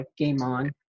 Gameon